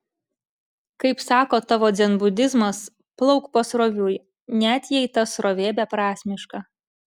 kaip sako tavo dzenbudizmas plauk pasroviui net jei ta srovė beprasmiška